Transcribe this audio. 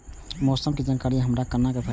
मौसम के जानकारी हमरा केना भेटैत?